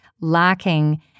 lacking